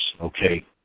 Okay